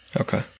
Okay